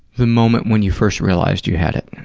the moment when you first realized you had it.